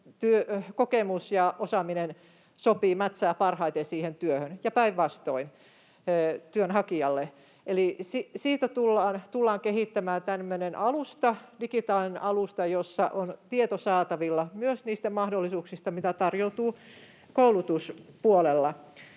kokemus ja osaaminen sopii, mätsää parhaiten siihen työhön ja päinvastoin, työnhakijalle. Eli siitä tullaan kehittämään digitaalinen alusta, jossa on tieto saatavilla myös niistä mahdollisuuksista, mitä tarjoutuu koulutuspuolella.